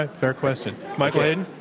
ah fair question. michael hayden?